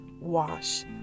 wash